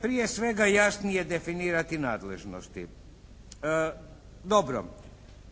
Prije svega jasnije definirati nadležnosti. Dobro,